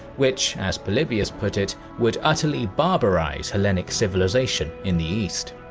which, as polybius put it, would utterly barbarize hellenic civilization in the east.